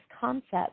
concept